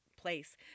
place